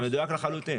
זה מדויק לחלוטין.